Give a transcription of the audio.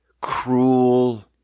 cruel